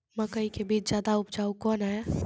मकई के बीज ज्यादा उपजाऊ कौन है?